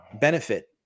benefit